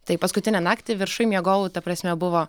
taip paskutinę naktį viršuj miegojau ta prasme buvo